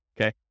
okay